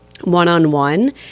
one-on-one